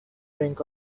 drink